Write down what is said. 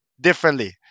differently